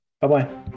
Bye-bye